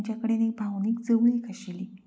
तेच्या कडेन एक भावनीक जवळीक आशिल्ली